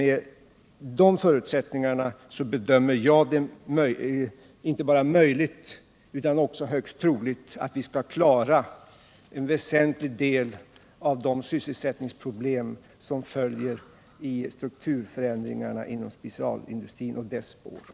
Med de förutsättningarna bedömer jag det inte bara möjligt utan också högst troligt att vi skall klara en väsentlig del av de sysselsättningsproblem som följer i strukturförändringarnas spår inom specialstålindustrin.